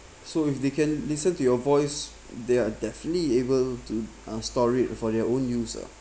so if they can listen to your voice there are definitely able to uh store it for their own use uh